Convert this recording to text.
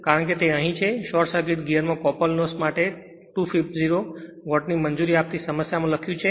કારણ કે તે અહીં છે શોર્ટ સર્કિટ ગિઅરમાં કોપરની લોસ માટે 250 વોટની મંજૂરી આપતી સમસ્યામાં તે લખ્યું છે